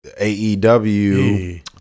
AEW